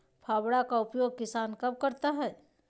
फावड़ा का उपयोग किसान कब करता है?